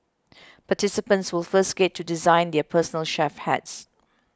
participants will first get to design their personal chef hats